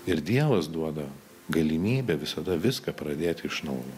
ir dievas duoda galimybę visada viską pradėti iš naujo